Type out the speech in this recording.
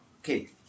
Okay